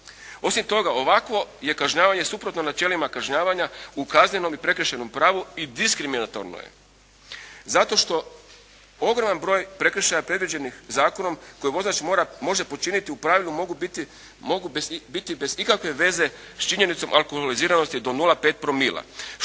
Osim toga ovakvo je kažnjavanje suprotno načelima kažnjavanja u kaznenom i prekršajnom pravu i diskriminatorno je zato što ogroman broj prekršaja predviđenih zakonom koje vozač može počiniti u pravilu mogu biti bez ikakve veze s činjenicom alkoholiziranosti do 0,5 promila.